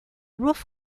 roof